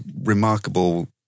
remarkable